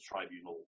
tribunal